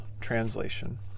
translation